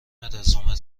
رزومه